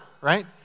right